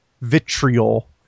vitriol